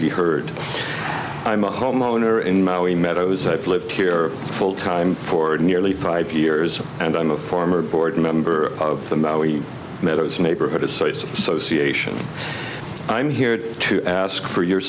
be heard i'm a homeowner in maui meadows i've lived here full time for nearly five years and i'm a former board member of the maui meadows neighborhood association so ca i'm here to ask for your